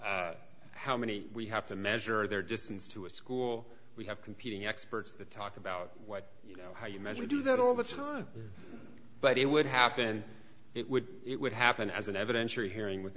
how many we have to measure their distance to a school we have competing experts the talk about what you know how you measure do that all the time but it would happen it would it would happen as an evidentiary hearing with